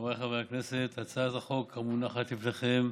חבריי חברי הכנסת, הצעת החוק המונחת לפניכם,